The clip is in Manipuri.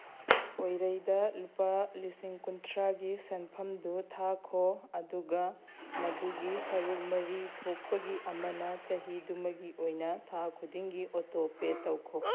ꯄꯣꯏꯔꯩꯗ ꯂꯨꯄꯥ ꯂꯤꯁꯤꯡ ꯀꯨꯟꯊ꯭ꯔꯥꯒꯤ ꯁꯦꯟꯐꯝꯗꯨ ꯊꯥꯈꯣ ꯑꯗꯨꯒ ꯃꯗꯨꯒꯤ ꯁꯔꯨꯛ ꯃꯔꯤ ꯊꯣꯛꯄꯒꯤ ꯑꯃꯅ ꯆꯍꯤꯗꯨꯃꯒꯤ ꯑꯣꯏꯅ ꯊꯥ ꯈꯨꯗꯤꯡꯒꯤ ꯑꯣꯇꯣꯄꯦ ꯇꯧꯈꯣ